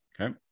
Okay